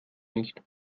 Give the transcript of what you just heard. nicht